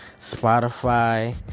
Spotify